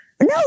no